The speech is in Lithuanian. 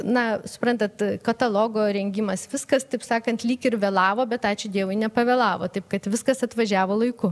na suprantat katalogo rengimas viskas taip sakant lyg ir vėlavo bet ačiū dievui nepavėlavo taip kad viskas atvažiavo laiku